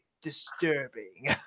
disturbing